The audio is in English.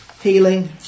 Healing